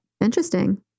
Interesting